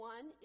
One